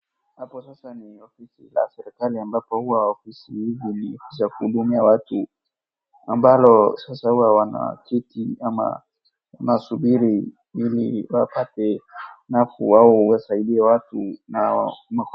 Hapo sasa ni ofisi la serikali ambapo sasa huwa ni sehemu cha kuhudumia watu ambalo sasa huwa wanaketi ama wanasubiri ili wapate nafuu au wawasaidie watu . Wao huwasaidia watu.